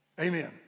Amen